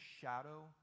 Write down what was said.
shadow